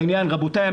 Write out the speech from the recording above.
רבותיי,